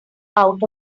out